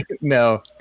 No